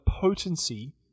potency